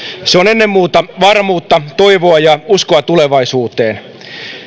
se on ennen muuta varmuutta toivoa ja uskoa tulevaisuuteen